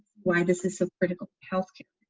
why this this a critical health care.